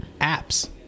apps